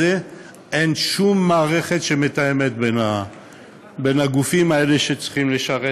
אין שום מערכת שמתאמת בין הגופים האלה שצריכים לשרת